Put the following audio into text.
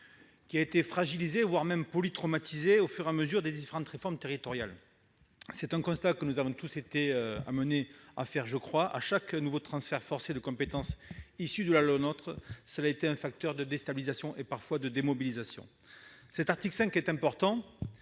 qui a été fragilisé, voire polytraumatisé, au fur et à mesure des différentes réformes territoriales. Nous avons tous été amenés à faire ce constat : chaque nouveau transfert forcé de compétences issu de la loi NOTRe a été un facteur de déstabilisation et, parfois, de démobilisation. L'article 5 A est important.